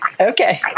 Okay